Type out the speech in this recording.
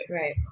Right